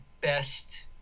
best